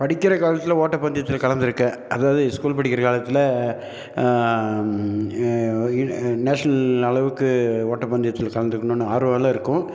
படிக்கிற காலத்தில் ஓட்டப்பந்தயத்தில் கலந்து இருக்கேன் அதாவது ஸ்கூல் படிக்கிற காலத்தில் நேஷனல் அளவுக்கு ஓட்டப்பந்தயத்துல கலந்துக்கணும்னு ஆர்வமெலாம் இருக்கும்